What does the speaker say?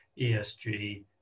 ESG